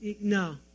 no